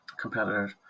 competitors